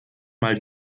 mal